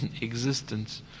existence